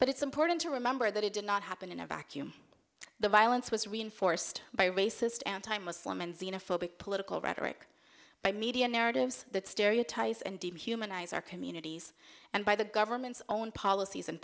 but it's important to remember that it did not happen in a vacuum the violence was reinforced by racist anti muslim and xenophobia political rhetoric by media narratives that stereotypes and dehumanizer communities and by the government's own